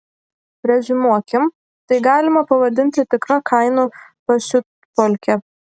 reziumuokim tai galima pavadinti tikra kainų pasiutpolke